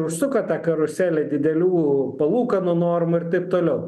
ir užsuko tą karuselę didelių palūkanų normų ir taip toliau